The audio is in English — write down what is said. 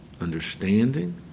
understanding